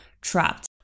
trapped